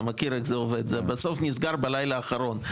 אתה מכיר איך זה עובד, בסוף זה נסגר בלילה האחרון.